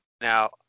Now